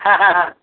হ্যাঁ হ্যাঁ হ্যাঁ